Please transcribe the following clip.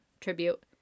tribute